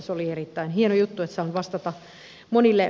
se oli erittäin hieno juttu että saan vastata monille